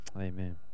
Amen